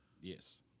Yes